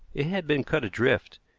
it had been cut adrift,